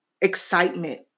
excitement